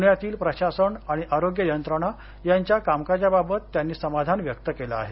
पुण्यातील प्रशासन आणि आरोग्य यंत्रणा यांच्या कामकाजाबाबत त्यांनी समाधान व्यक्त केलं आहे